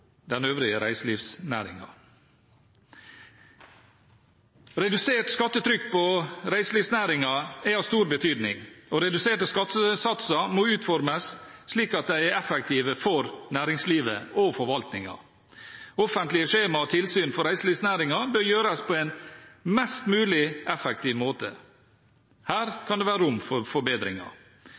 den øvrige reiselivsnæringen. Redusert skattetrykk på reiselivsnæringen er av stor betydning, og reduserte skattesatser må utformes slik at de er effektive for næringslivet og for forvaltningen. Offentlige skjemaer og tilsyn for reiselivsnæringen bør gjøres på en mest mulig effektiv måte. Her kan det være rom for forbedringer.